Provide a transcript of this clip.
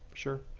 sure.